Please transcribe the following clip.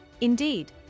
Indeed